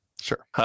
Sure